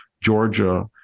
Georgia